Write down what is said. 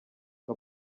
ngo